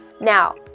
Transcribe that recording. Now